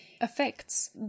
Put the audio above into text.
affects